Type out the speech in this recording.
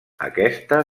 aquesta